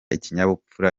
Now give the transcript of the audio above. ikinyabupfura